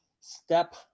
step